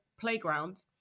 playground